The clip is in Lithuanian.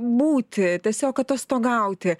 būti tiesiog atostogauti